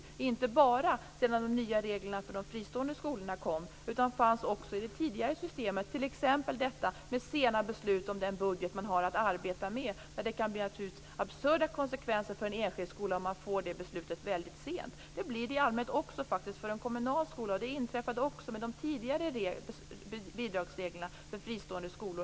Problemen har inte bara funnits sedan de nya reglerna för de fristående skolorna kom, utan de fanns också i det tidigare systemet, t.ex. detta med sena beslut om den budget man hade att arbeta med. Det kan bli absurda konsekvenser för en enskild skola om man får beslutet väldigt sent. Det blir det i allmänhet också för en kommunal skola, och det inträffade också med de tidigare bidragsreglerna för fristående skolor.